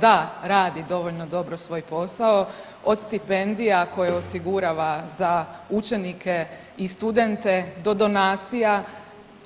Da, radi dovoljno dobro svoj posao od stipendija koje osigurava za učenike i studente do donacija,